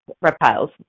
reptiles